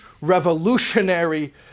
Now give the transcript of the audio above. revolutionary